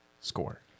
Score